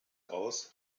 aus